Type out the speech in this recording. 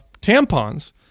tampons